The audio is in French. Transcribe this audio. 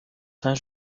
saint